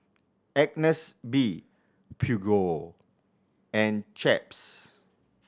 Agnes B Peugeot and Chaps